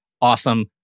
Awesome